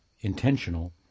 intentional